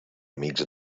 amics